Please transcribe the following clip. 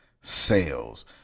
sales